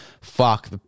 Fuck